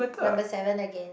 number seven again